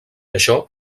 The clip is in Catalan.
això